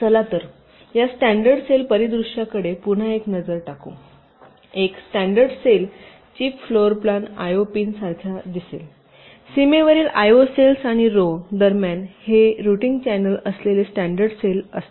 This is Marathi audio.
चला तर या स्टॅंडर्ड सेल परिदृश्याकडे पुन्हा एकदा नजर टाकू एक standard cell chip floorplan IO pin सारख्या दिसेल सीमेवरील आयओ सेल्स आणि रो दरम्यान हे रूटिंग चॅनेल असलेले स्टॅंडर्ड सेल असतील